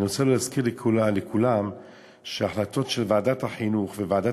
אני רוצה להזכיר לכולם את ההחלטות של ועדת החינוך וועדת